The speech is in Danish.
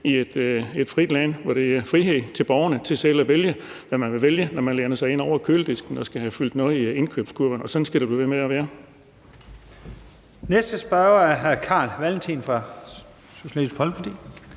i et frit land, hvor der er frihed for borgerne til selv at vælge, hvad man vil vælge, når man læner sig ind over køledisken og skal have fyldt noget i indkøbskurven, og sådan skal det blive ved med at være.